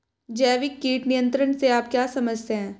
जैविक कीट नियंत्रण से आप क्या समझते हैं?